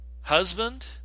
husband